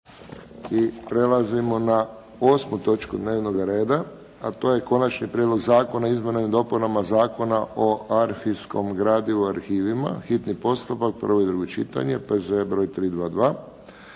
I prelazimo na osmu točku dnevnoga reda, a to je 8. Prijedlog zakona o izmjenama i dopunama Zakona o arhivskom gradivu i arhivima, hitni postupak, prvo i drugo čitanje, P.Z.E. br. 322